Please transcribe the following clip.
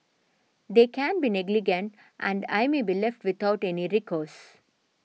they can be negligent and I may be left without any recourse